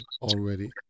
already